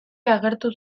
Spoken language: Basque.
agertu